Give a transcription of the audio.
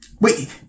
Wait